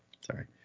Sorry